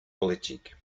politiek